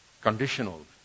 conditional